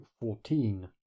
fourteen